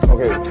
Okay